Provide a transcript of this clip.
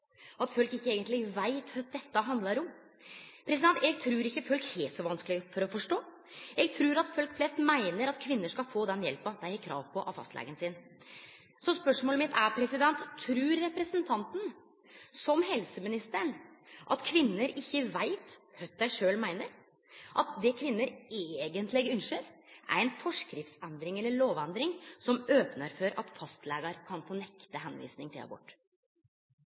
at folk ikkje eigentleg veit kva dette handlar om. Eg trur ikkje folk har så vanskeleg for å forstå. Eg trur at folk flest meiner at kvinner skal få den hjelpa dei har krav på, av fastlegen sin. Så spørsmålet mitt er: Trur representanten – som helseministeren – at kvinner ikkje veit kva dei sjølve meiner, at det kvinner eigentleg ønskjer, er ei forskriftsendring, eller lovendring, som opnar for at fastlegar kan få nekte tilvising til abort?